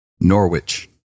Norwich